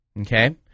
Okay